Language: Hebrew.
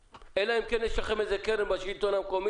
אלא אם כן יש לכם קרן במרכז השלטון המקומי